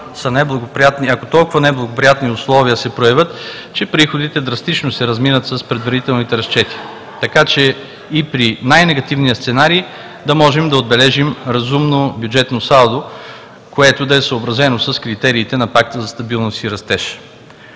ако толкова неблагоприятни условия се проявят, че приходите драстично да се разминат с предварителните разчети, така че и при най-негативния сценарий да можем да отбележим разумно бюджетно салдо, което да е съобразено с критериите на Пакта за стабилност и растеж.